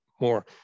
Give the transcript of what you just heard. more